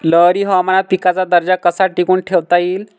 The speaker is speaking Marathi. लहरी हवामानात पिकाचा दर्जा कसा टिकवून ठेवता येईल?